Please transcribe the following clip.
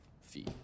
fee